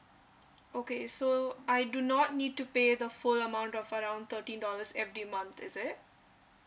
okay so I do not need to pay the full amount of around thirteen dollars every month is it